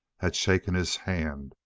had shaken his hand,